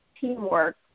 teamwork